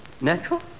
Natural